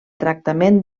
tractament